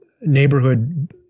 neighborhood